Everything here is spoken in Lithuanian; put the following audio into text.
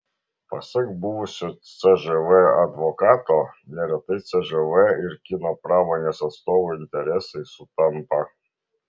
pasak buvusio cžv advokato neretai cžv ir kino pramonės atstovų interesai sutampa